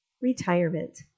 Retirement